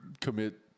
commit